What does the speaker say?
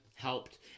helped